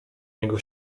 niego